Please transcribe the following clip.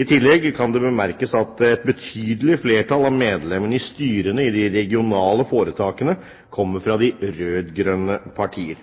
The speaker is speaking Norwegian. I tillegg kan det bemerkes at et betydelig flertall av medlemmene i styrene i de regionale foretakene kommer fra de rød-grønne partier.